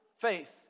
faith